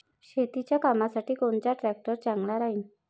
शेतीच्या कामासाठी कोनचा ट्रॅक्टर चांगला राहीन?